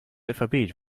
alphabet